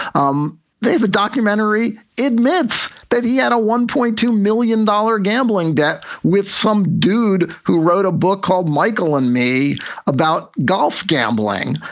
um the documentary admits that he had a one point two million dollar gambling debt with some dude who wrote a book called michael and me about golf gambling,